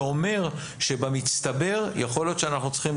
זה אומר שבמצטבר יכול להיות שאנחנו צריכים